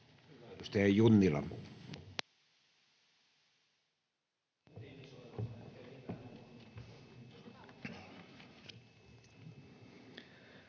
Kiitos.